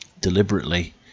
deliberately